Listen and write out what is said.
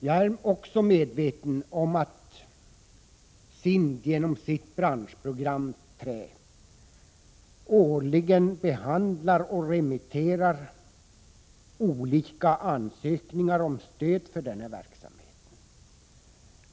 Jag är också medveten om att SIND genom sitt branschprogram Trä årligen behandlar och remitterar olika ansökningar om stöd för denna verksamhet.